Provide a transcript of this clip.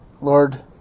Lord